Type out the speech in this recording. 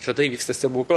tada įvyksta stebukla